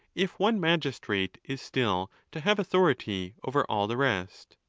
if one magistrate is still to have authority over all the rest.